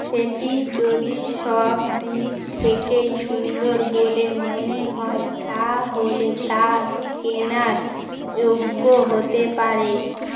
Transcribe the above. সেটি যদি সব দিক থেকেই সুন্দর বলে মনে হয় তাহলে তা কেনার যোগ্য হতে পারে